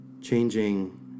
changing